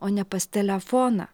o ne pas telefoną